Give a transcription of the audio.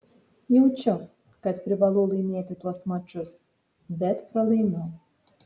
jaučiu kad privalau laimėti tuos mačus bet pralaimiu